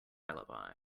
alibi